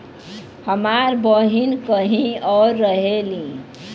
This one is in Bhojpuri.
हमार बहिन कहीं और रहेली